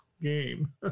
game